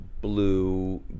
blue